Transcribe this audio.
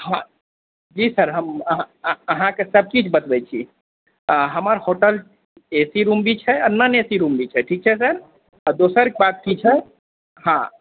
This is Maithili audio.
हँ जी सर हम अहाँके सब चीज बतबै छी हमर होटल ए सी रूम भी छै आ नन ए सी रूम भी छै ठीक छै सर आ दोसर बात की छै हँ